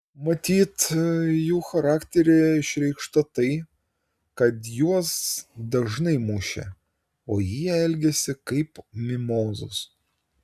matyt jų charakteryje išreikšta tai kad juos dažnai mušė o jie elgėsi kaip mimozos